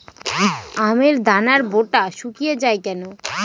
আমের দানার বোঁটা শুকিয়ে য়ায় কেন?